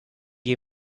you